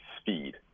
speed